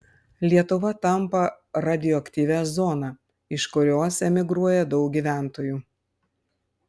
lietuva tampa radioaktyvia zona iš kurios emigruoja daug gyventojų